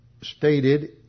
stated